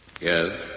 Yes